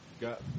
Got